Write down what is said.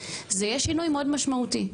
זה יהיה שינוי מאוד משמעותי.